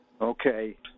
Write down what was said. Okay